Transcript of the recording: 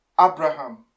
Abraham